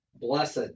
blessed